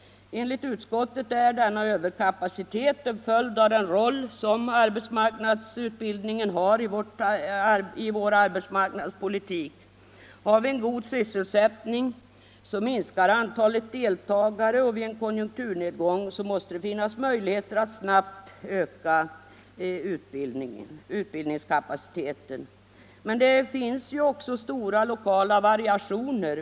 Enligt utskottet är denna överkapacitet en följd av den roll som arbetsmarknadsutbildningen har i vår arbetsmarknadspolitik. När vi har en god sysselsättning, så minskar antalet deltagare, och vid en konjunkturnedgång måste det finnas möjligheter att snabbt öka utbildningskapaciteten. Men det finns också stora lokala variationer.